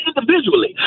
individually